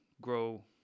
grow